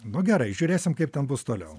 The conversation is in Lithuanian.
nu gerai žiūrėsim kaip ten bus toliau